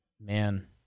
man